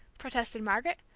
protested margaret.